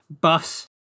bus